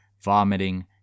vomiting